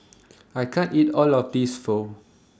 I can't eat All of This Pho